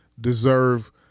deserve